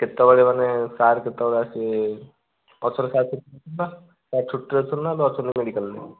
କେତେବେଳେ ମାନେ ସାର୍ କେତେବେଳେ ଆସିବେ ପଛରେ ସାର୍ ଛୁଟିରେ ଅଛନ୍ତି ନାଁ ଏବେ ଅଛନ୍ତି ମେଡ଼ିକାଲରେ